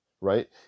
right